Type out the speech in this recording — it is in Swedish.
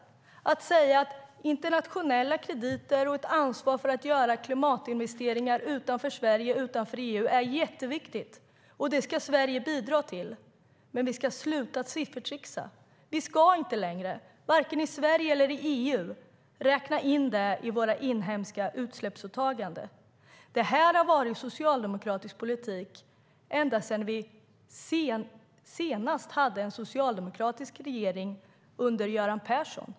Man hade kunnat säga att internationella krediter och ett ansvar för att göra klimatinvesteringar utanför Sverige och utanför EU är jätteviktigt och att Sverige ska bidra till det. Men vi ska sluta siffertricksa. Vi ska inte längre, vare sig i Sverige eller i EU, räkna in detta i våra inhemska utsläppsåtaganden. Detta har varit socialdemokratisk politik ända sedan vi senast hade en socialdemokratisk regering, under Göran Persson.